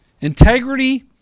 Integrity